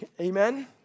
Amen